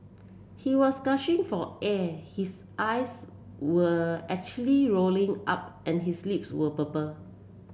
he was gashing for air his eyes were actually rolling up and his lips were purple